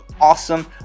awesome